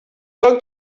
going